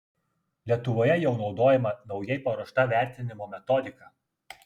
lietuvoje jau naudojama naujai paruošta vertinimo metodika